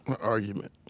argument